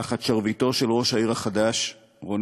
תחת שרביטו של ראש העיר החדש רונן,